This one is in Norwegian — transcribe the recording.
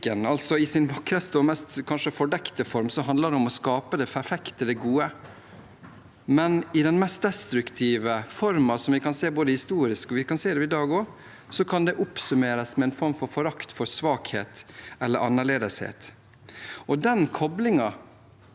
og kanskje mest fordekte form handler det om å skape det perfekte, det gode, men i sin mest destruktive form, som vi har sett både historisk og i dag, kan det oppsummeres med en form for forakt for svakhet eller annerledeshet. Den koblingen,